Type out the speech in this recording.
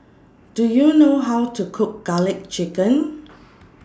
Do YOU know How to Cook Garlic Chicken